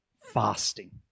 fasting